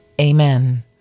Amen